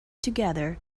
together